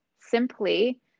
simply